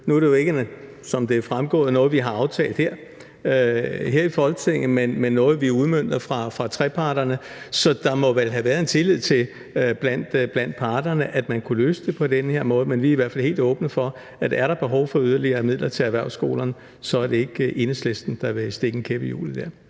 Nu er det jo ikke, som det er fremgået, noget, som vi har aftalt her i Folketinget, men noget, som vi udmønter fra trepartsforhandlingerne. Så der må vel have været en tillid til blandt parterne, at man kunne løse det på den her måde. Men vi er i hvert fald helt åbne, og er der et behov for yderligere midler til erhvervsskolerne, er det ikke Enhedslisten, som dér vil stikke en kæp i hjulet.